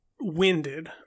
winded